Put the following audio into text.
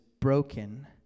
broken